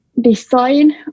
design